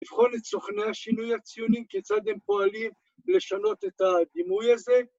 ‫לבחון את סוכני השינוי הציונים, ‫כיצד הם פועלים לשנות את הדימוי הזה.